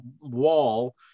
wall